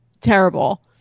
terrible